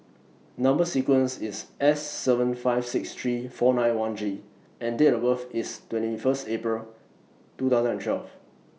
Number sequence IS S seven five six three four nine one G and Date of birth IS twenty First April two thousand and twelve